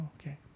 okay